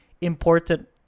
important